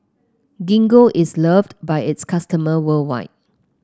gingko is loved by its customers worldwide